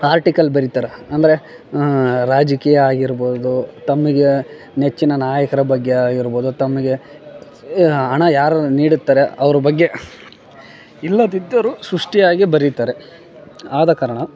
article ಬರಿತಾರ ಅಂದರೆ ರಾಜಕೀಯ ಆಗಿರ್ಬೌದು ತಮಗೆ ನೆಚ್ಚಿನ ನಾಯಕರ ಬಗ್ಗೆ ಆಗಿರ್ಬೌದು ತಮಗೆ ಯ ಹಣ ಯಾರು ನೀಡುತ್ತಾರೆ ಅವ್ರ ಬಗ್ಗೆ ಇಲ್ಲದಿದ್ದರೂ ಸೃಷ್ಟಿಯಾಗಿ ಬರೀತಾರೆ ಆದ ಕಾರಣ